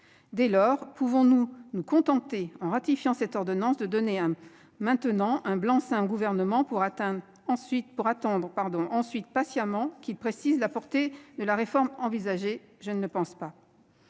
l'iceberg. Pouvons-nous nous contenter, en la ratifiant, de donner maintenant un blanc-seing au Gouvernement pour attendre patiemment qu'il précise la portée de la réforme envisagée ? Je ne le pense pas.